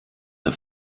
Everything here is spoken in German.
der